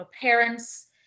parents